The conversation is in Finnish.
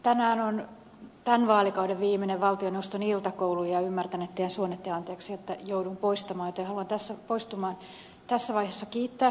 tänään on tämän vaalikauden viimeinen valtioneuvoston iltakoulu ja ymmärtänette ja suonette anteeksi että joudun poistumaan joten haluan tässä vaiheessa kiittää käydystä keskustelusta